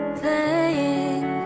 Playing